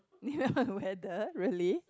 weather really